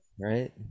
right